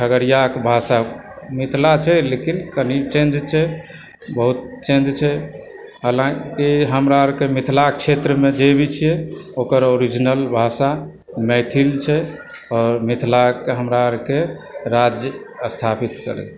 खगड़ियाके भाषा मिथिला छै लेकिन कनि चेन्ज छै बहुत चेन्ज छै हालाँकि हमरा अरके मिथिलाक क्षेत्र जे भी छियै ओकर ओरिजिनल भाषा मैथिल छै आओर मिथिलाकेँ हमरा अरके राज्य स्थापित करय